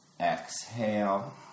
Exhale